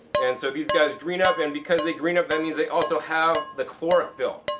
and so these guys green up and because they green up that means they also have the chlorophyll.